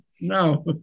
No